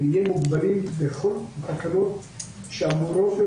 ונהיה מוגבלים בתקנות שאמורות,